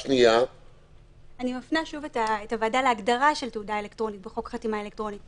אני מפנה שוב את הוועדה להגדרה של "תעודה אלקטרונית" בחוק חתימה אלקטרונית: